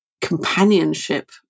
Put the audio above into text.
companionship